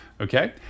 okay